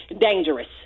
dangerous